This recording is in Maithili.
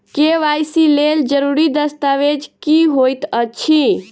के.वाई.सी लेल जरूरी दस्तावेज की होइत अछि?